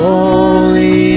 Holy